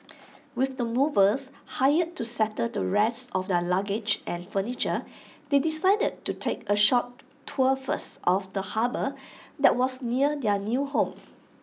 with the movers hired to settle the rest of their luggage and furniture they decided to take A short tour first of the harbour that was near their new home